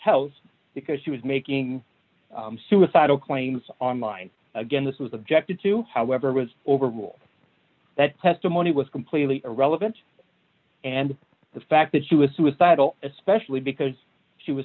house because she was making suicidal claims online again this was objected to however it was over a rule that testimony was completely irrelevant and the fact that she was suicidal especially because she was